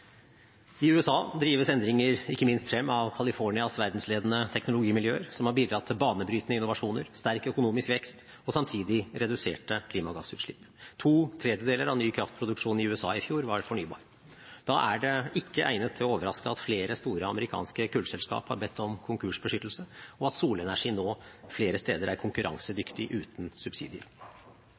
I USA drives endringer ikke minst frem av Californias verdensledende teknologimiljøer, som har bidratt til banebrytende innovasjoner, sterk økonomisk vekst og samtidig reduserte klimagassutslipp. To tredjedeler av ny kraftproduksjon i USA i fjor var fornybar. Da er det ikke egnet til å overraske at flere store amerikanske kullselskap har bedt om konkursbeskyttelse, og at solenergi nå flere steder er konkurransedyktig uten subsidier.